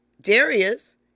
Darius